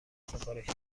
سفارش